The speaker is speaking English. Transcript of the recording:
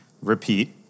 repeat